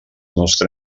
nostre